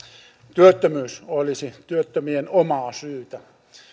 työttömyys olisi työttömien omaa syytä